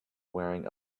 wearing